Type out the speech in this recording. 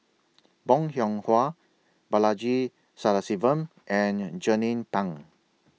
Bong Hiong Hwa Balaji Sadasivan and Jernnine Pang